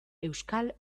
euskal